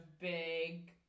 big